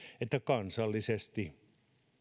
että kansallisesti